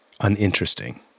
uninteresting